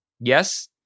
Yes